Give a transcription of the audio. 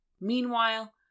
Meanwhile